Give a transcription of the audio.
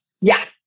Yes